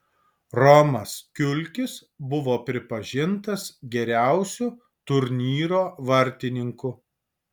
romas kiulkis buvo pripažintas geriausiu turnyro vartininku